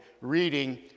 reading